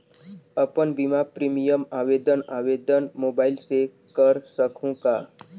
अपन बीमा प्रीमियम आवेदन आवेदन मोबाइल से कर सकहुं का?